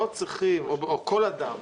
או כל אדם,